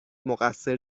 مقصر